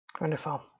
Wonderful